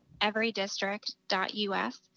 everydistrict.us